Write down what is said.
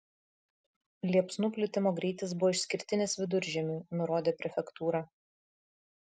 liepsnų plitimo greitis buvo išskirtinis viduržiemiui nurodė prefektūra